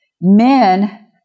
men